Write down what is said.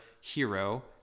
hero